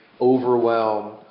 overwhelm